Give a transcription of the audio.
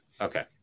Okay